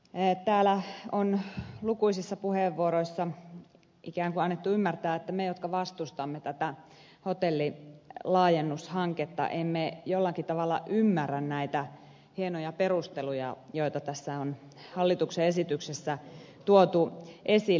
täällä on lukuisissa puheenvuoroissa ikään kuin annettu ymmärtää että me jotka vastustamme tätä hotellin laajennushanketta emme jollakin tavalla ymmärrä näitä hienoja perusteluja joita tässä hallituksen esityksessä on tuotu esille